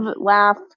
laugh